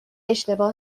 اشتباه